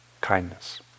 kindness